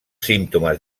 símptomes